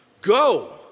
Go